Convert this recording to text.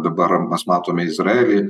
dabar mes matome izraelį